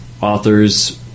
authors